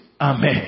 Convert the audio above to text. Amen